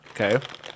Okay